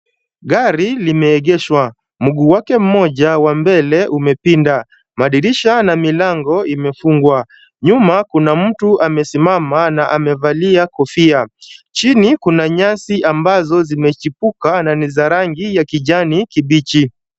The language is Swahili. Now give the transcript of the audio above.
Gari limeegeshwa. Mguu wake mmoja wa mbele umepinda. Madirisha na milango imefungwa. Nyuma, kuna mtu amesimama na amevalia kofia. Chini kuna nyasi ambazo zimechipuka na ni za rangi ya kijani kibichi.